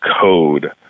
code